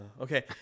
Okay